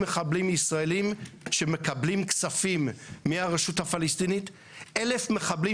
שמקבלים כספים מהרשות הפלסטינית, 1,000 מחבלים